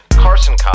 Carson